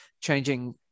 changing